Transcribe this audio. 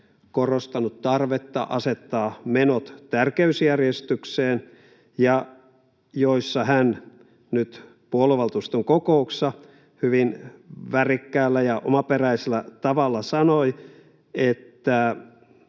korostanut tarvetta asettaa menot tärkeysjärjestykseen ja joissa hän nyt puoluevaltuuston kokouksessa hyvin värikkäällä ja omaperäisellä tavalla sanoi —